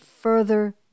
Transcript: further